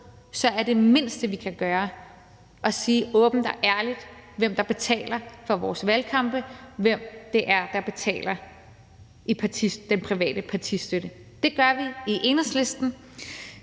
– er det mindste, vi kan gøre, at sige åbent og ærligt, hvem der betaler for vores valgkampe, og hvem det er, der betaler den private partistøtte. Det gør vi i Enhedslisten,